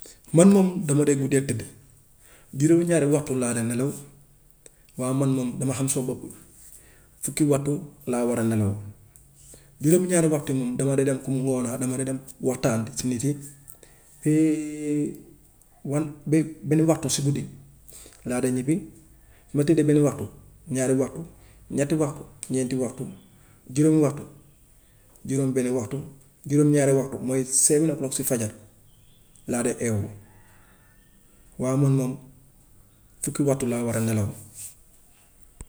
Man moom dama dee guddee tëdd, juróom-ñaari waxtu laa dee nelaw. Waaw man moom dama xam suma bopp, fukki waxtu laa war a nelaw. Juróom-ñaari waxtu moom dama dee dem comme ngonaa dama dee dem waxtaan si nit yi, one be- benn waxtu si guddi laa dee ñibbi, su ma tëddee benn waxtu, ñaari waxtu, ñetti waxtu, ñeenti waxtu, juróomi waxtu, juróom-benni waxtu, juróom-ñaari waxtu mooy seven o'clock si fajar laa dee eewu. Waaw man moom fukki waxtu laa war a nelaw.